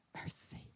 mercy